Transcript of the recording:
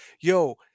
yo